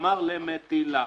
סמ"ר למטילה,